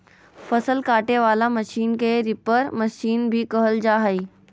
फसल काटे वला मशीन के रीपर मशीन भी कहल जा हइ